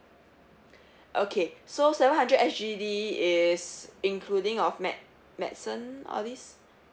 okay so seven hundred S_G_D is including of med~ medicine all these